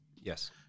Yes